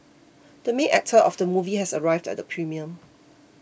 the main actor of the movie has arrived at the premiere